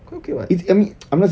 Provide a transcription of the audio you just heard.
quite okay [what] yang ni